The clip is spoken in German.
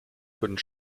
können